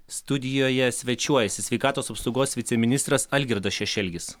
studijoje svečiuojasi sveikatos apsaugos viceministras algirdas šešelgis